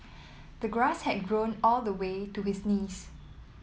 the grass had grown all the way to his knees